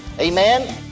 Amen